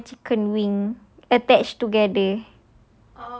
drumstick dengan chicken wing attach together